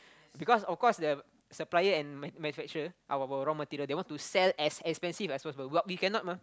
because of course the supplier and man~ manufacturer our raw material they want to sell as expensive as possible but we cannot mah